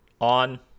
on